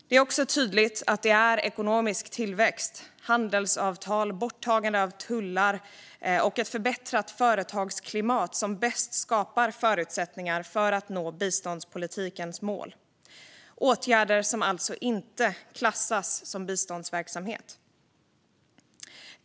Det är också tydligt att det är ekonomisk tillväxt, handelsavtal, borttagande av tullar och ett förbättrat företagsklimat som bäst skapar förutsättningar för att nå biståndspolitikens mål. Det är åtgärder som alltså inte klassas som biståndsverksamhet.